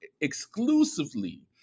exclusively